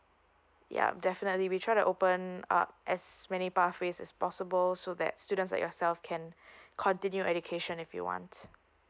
yup definitely we try to open up as many pathways as possible so that students like yourself can continue education if you want